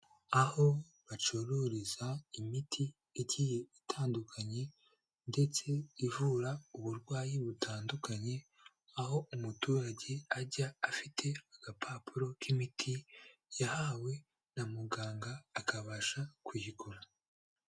Aho bacururiza imiti igiye itandukanye ndetse ivura uburwayi butandukanye, aho umuturage ajya afite agapapuro k'imiti yahawe na muganga akabasha kuyigura.